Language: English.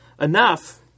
enough